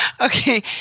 Okay